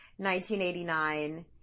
1989